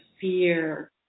fear